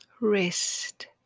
rest